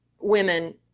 women